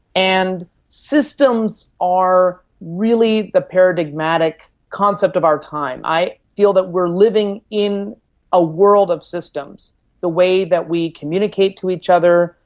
and systems are really the paradigmatic concept of our time. i feel that we are living in a world of systems the way that we communicate to each other,